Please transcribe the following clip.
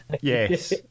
Yes